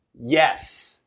Yes